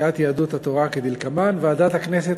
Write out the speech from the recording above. לחברי הכנסת מסיעת יהדות התורה כדלקמן: ועדת הכנסת,